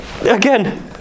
again